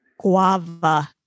guava